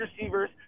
receivers